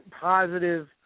positive